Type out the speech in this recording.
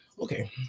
Okay